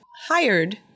hired